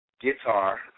guitar